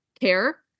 care